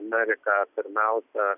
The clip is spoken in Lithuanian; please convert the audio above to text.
amerika pirmiausia